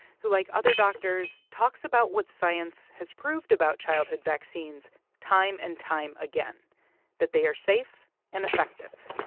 who, like other doctors, talks about what science has proved about childhood vaccines time and time again that they are safe and effective.